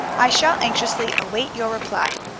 i shall anxiously await your reply.